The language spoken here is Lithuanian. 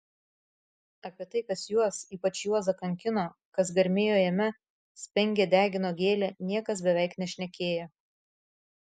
apie tai kas juos ypač juozą kankino kas garmėjo jame spengė degino gėlė niekas beveik nešnekėjo